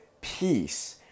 peace